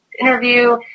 interview